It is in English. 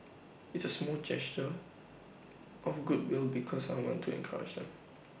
it's A small gesture of goodwill because I want to encourage them